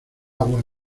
agua